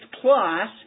plus